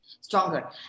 stronger